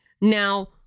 Now